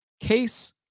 case